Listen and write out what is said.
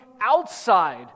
outside